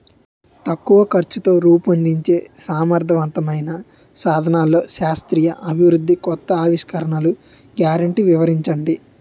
తక్కువ ఖర్చుతో రూపొందించే సమర్థవంతమైన సాధనాల్లో శాస్త్రీయ అభివృద్ధి కొత్త ఆవిష్కరణలు గ్యారంటీ వివరించండి?